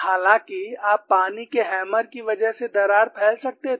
हालाँकि आप पानी के हैमर की वजह से दरार फैल सकते थे